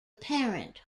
parent